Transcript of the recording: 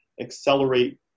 accelerate